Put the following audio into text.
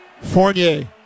Fournier